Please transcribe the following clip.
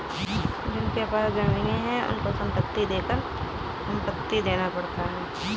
जिनके पास जमीने हैं उनको संपत्ति कर देना पड़ता है